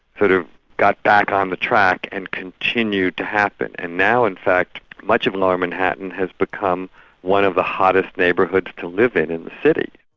sort of got back on the track and continued to happen. and now in fact much of lower manhattan has become one of the hottest neighbourhoods to live in in the city.